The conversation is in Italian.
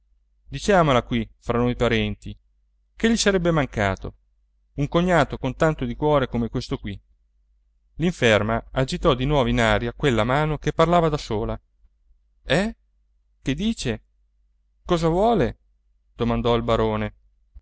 diciamola qui fra noi parenti che gli sarebbe mancato un cognato con tanto di cuore come questo qui l'inferma agitò di nuovo in aria quella mano che parlava da sola eh che dice cosa vuole domandò il barone